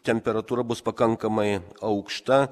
temperatūra bus pakankamai aukšta